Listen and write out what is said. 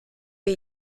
wir